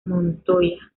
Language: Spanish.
montoya